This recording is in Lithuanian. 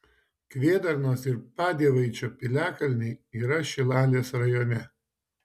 kvėdarnos ir padievaičio piliakalniai yra šilalės rajone